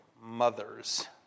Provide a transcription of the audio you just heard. mothers